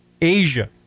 Asia